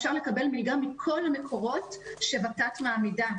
אפשר לקבל מלגה מכל המקורות שות"ת מעמידה.